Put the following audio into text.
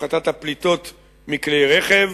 הפחתת הפליטות מכלי-רכב,